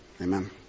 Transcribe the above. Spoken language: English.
Amen